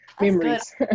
memories